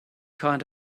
kind